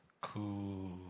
Cool